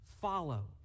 follow